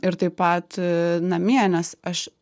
ir taip pat namie nes aš